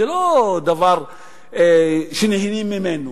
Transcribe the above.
זה לא דבר שנהנים ממנו,